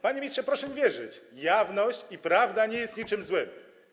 Panie ministrze, proszę mi wierzyć, jawność i prawda nie są niczym złym.